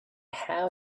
how